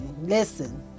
listen